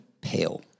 pale